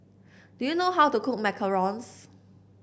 do you know how to cook macarons